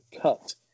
cut